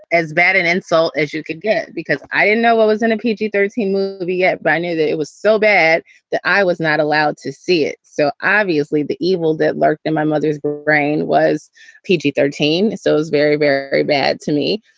as bad an insult as you could get, because i didn't know what was in a pg thirteen movie, but i knew that it was so bad that i was not allowed to see it. so obviously the evil that lurked in my mother's brain was pg thirteen. so it was very, very bad to me.